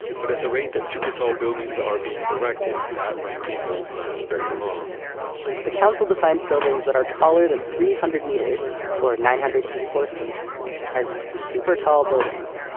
but at the rate that super tall buildings are being erected that ranking won't last very long the council defines buildings that are taller than three hundred meters or nine hundred and eighty four feet as super tall buildings.